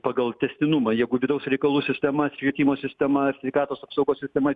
pagal tęstinumą jeigu vidaus reikalų sistema ir švietimo sistema ir sveikatos apsaugos sistema